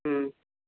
हूं